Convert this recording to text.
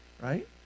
right